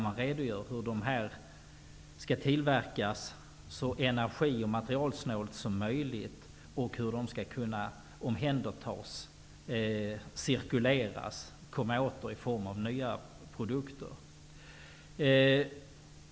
Tillverkningen skall ske så energi och materialsnålt som möjligt, och det som tillverkas skall kunna omhändertas, cirkuleras, komma åter i form av nya produkter.